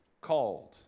called